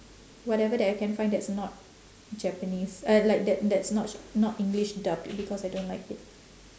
whatever that I can find that's not japanese uh like that that's not not english dub because I don't like it